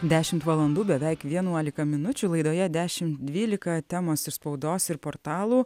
dešimt valandų beveik vienuolika minučių laidoje dešim dvylika temos iš spaudos ir portalų